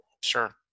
Sure